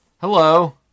Hello